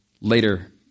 later